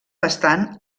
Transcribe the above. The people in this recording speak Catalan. bastant